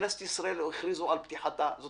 כאילו רק כעת הכריזו על פתיחתה של כנסת